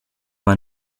man